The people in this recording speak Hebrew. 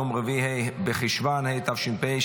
יום רביעי ה' בחשוון תשפ"ה,